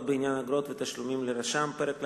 בעניין אגרות ותשלומים לרשם); פרק ל"ד,